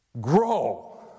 grow